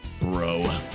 Bro